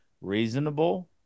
reasonable